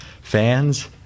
fans